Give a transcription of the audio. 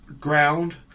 Ground